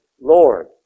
Lord